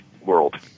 world